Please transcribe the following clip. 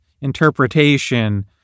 interpretation